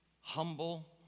humble